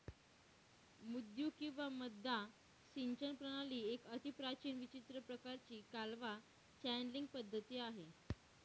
मुद्दू किंवा मद्दा सिंचन प्रणाली एक अतिप्राचीन विचित्र प्रकाराची कालवा चॅनलींग पद्धती आहे